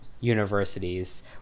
universities